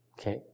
Okay